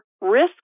risk